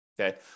Okay